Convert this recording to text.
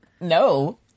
No